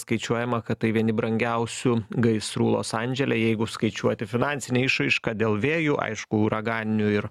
skaičiuojama kad tai vieni brangiausių gaisrų los andžele jeigu skaičiuoti finansinę išraišką dėl vėjų aišku uraganinių ir